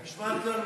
משמעת קואליציונית,